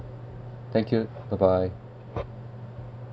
thank you bye bye